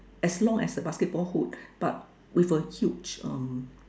as long as the basketball hoop but with a huge um